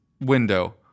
window